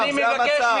זה המצב.